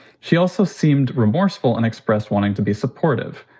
she also seemed remorseful and expressed wanting to be supportive.